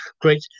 great